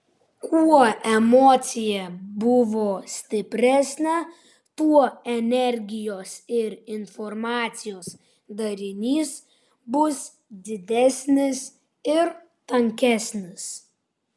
kuo emocija buvo stipresnė tuo energijos ir informacijos darinys bus didesnis ir tankesnis